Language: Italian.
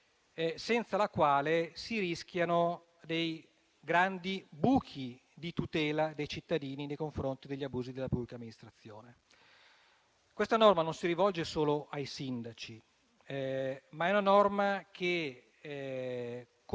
senza la quale si rischiano grandi buchi di tutela dei cittadini nei confronti degli abusi della pubblica amministrazione. Questa norma non si rivolge solo ai sindaci, ma colpisce gli